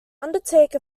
undertake